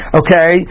okay